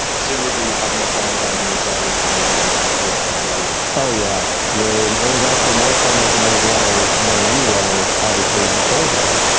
presumably you had more fun designing those levels than you did with wolf three d? oh, yeah. way more, it was actually more fun making those levels than any levels, obviously, before then.